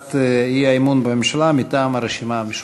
הצעת אי-אמון בממשלה מטעם הרשימה המשותפת.